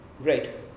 Right